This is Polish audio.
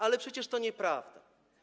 Ale przecież to nieprawda.